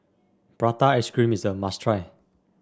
Prata Ice Cream is a must try